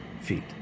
feet